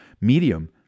medium